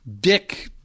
Dick